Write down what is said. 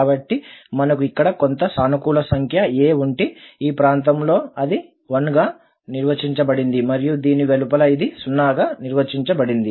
కాబట్టి మనకు ఇక్కడ కొంత సానుకూల సంఖ్య a ఉంటే ఈ ప్రాంతంలో అది 1 గా నిర్వచించబడింది మరియు దీని వెలుపల ఇది 0 గా నిర్వచించబడింది